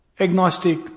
agnostic